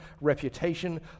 reputation